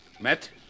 Met